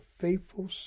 faithful